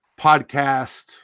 podcast